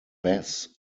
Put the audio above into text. bess